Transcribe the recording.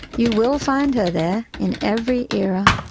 you will find her there, in every era.